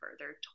further